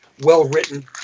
well-written